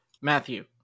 Matthew